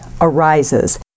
arises